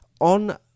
on